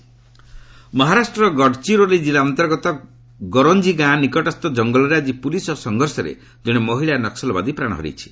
woman ନକ୍ନଲ ମହାରାଷ୍ଟ୍ର ଗଡ଼ଚିରୋଲି କିଲ୍ଲା ଅନ୍ତର୍ଗତ ଗରଞ୍ଜି ଗାଁ ନିକଟସ୍ଥ ଜଙ୍ଗଲରେ ଆକି ପୁଲିସ୍ ସହ ସଂଘର୍ଷରେ ଜଣେ ମହିଳା ନକ୍ୱଲବାଦୀ ପ୍ରାଣ ହରାଇଛି